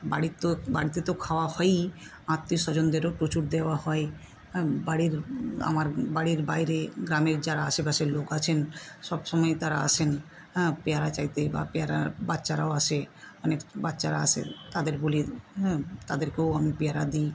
বাড়ির তো বাড়িতে তো খাওয়া হয়ই আত্মীয় স্বজনদেরও প্রচুর দেওয়া হয় হ্যাঁ বাড়ির আমার বাড়ির বাইরে গ্রামের যারা আশেপাশের লোক আছেন সব সময়ই তারা আসেন হ্যাঁ পেয়ারা চাইতে বা পেয়ারা বাচ্চারাও আসে অনেক বাচ্চারা আসে তাদের বলি তাদেরকেও আমি পেয়ারা দিই